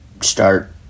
Start